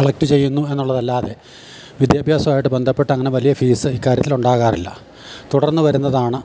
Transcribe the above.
collect ചെയ്യുന്നു എന്നുള്ളത് അല്ലാതെ വിദ്യാഭ്യാസം ആയിട്ട് ബന്ധപ്പെട്ടങ്ങനെ വലിയ ഫീസ്സ് ഈക്കാര്യത്തിൽ ഉണ്ടാകാറില്ല തുടർന്ന് വരുന്നതാണ്